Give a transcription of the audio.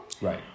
Right